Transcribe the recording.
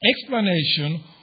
explanation